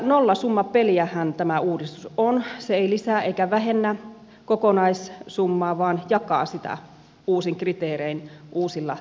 nollasummapeliähän tämä uudistus on se ei lisää eikä vähennä kokonaissummaa vaan jakaa sitä uusin kriteerein uusilla tavoilla